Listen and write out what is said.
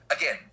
again